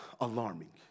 alarming